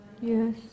Yes